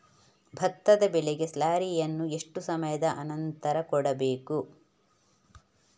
ಭತ್ತದ ಬೆಳೆಗೆ ಸ್ಲಾರಿಯನು ಎಷ್ಟು ಸಮಯದ ಆನಂತರ ಕೊಡಬೇಕು?